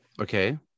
Okay